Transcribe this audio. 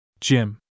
Jim